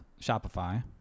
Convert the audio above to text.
Shopify